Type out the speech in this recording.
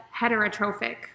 heterotrophic